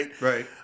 right